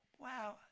wow